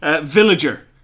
Villager